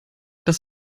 das